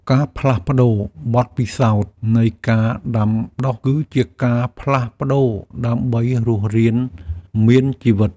ការផ្លាស់ប្តូរបទពិសោធន៍នៃការដាំដុះ គឺជាការផ្លាស់ប្តូរដើម្បីរស់រានមានជីវិត។